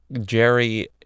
jerry